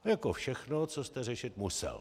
Jako všechno, co jste řešit musel.